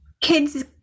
kids